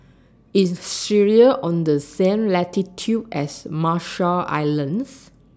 IS Syria on The same latitude as Marshall Islands